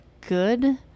good